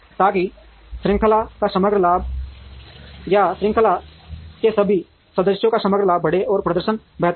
ताकि श्रृंखला का समग्र लाभ या श्रृंखला के सभी सदस्यों का समग्र लाभ बढ़े और प्रदर्शन बेहतर हो